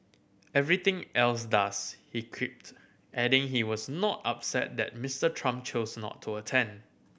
everything else does he quipped adding he was not upset that Mister Trump chose not to attend